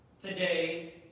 today